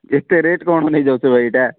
ଏତେ ରେଟ୍ କ'ଣ ନେଇଯାଉଛ ଭାଇ ଏଇଟା